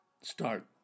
start